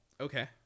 Okay